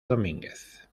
domínguez